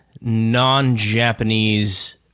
non-Japanese